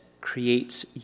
creates